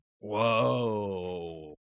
Whoa